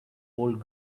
old